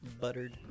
Buttered